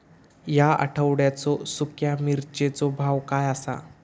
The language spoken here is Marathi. या आठवड्याचो सुख्या मिर्चीचो भाव काय आसा?